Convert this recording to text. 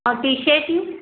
ऐं टी शर्टूं